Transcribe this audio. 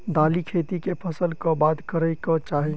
दालि खेती केँ फसल कऽ बाद करै कऽ चाहि?